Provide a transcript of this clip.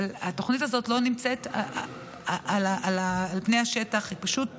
אבל התוכנית הזאת לא נמצאת על פני השטח, היא פשוט